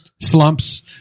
Slumps